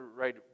right